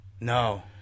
No